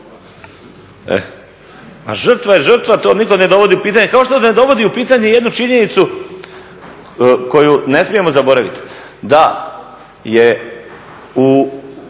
Žrtva je žrtva to nitko ne dovodi u pitanje kao što ne dovodi u pitanje jednu činjenicu koju ne smijemo zaboraviti da je u